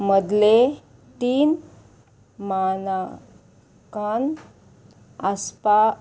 मदले तीन मानांकन आसपाक